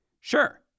Sure